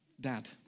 dad